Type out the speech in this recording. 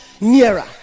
nearer